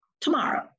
Tomorrow